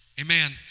Amen